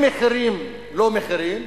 במחירים-לא-מחירים.